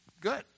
Good